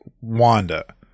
Wanda